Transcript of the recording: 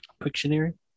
Pictionary